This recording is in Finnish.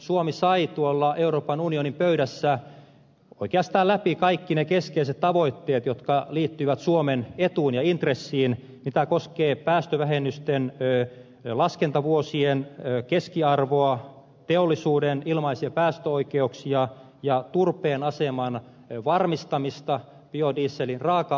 suomi sai euroopan unionin pöydässä oikeastaan läpi kaikki ne keskeiset tavoitteet jotka liittyvät suomen etuun ja intressiin mikä koskee päästövähennysten laskentavuosien keskiarvoa teollisuuden ilmaisia päästöoikeuksia ja turpeen aseman varmistamista biodieselin raaka aineena